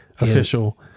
official